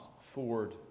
Ford